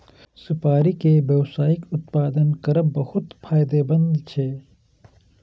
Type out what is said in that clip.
सुपारी के व्यावसायिक उत्पादन करब बहुत फायदेमंद छै